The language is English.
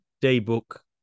D-Book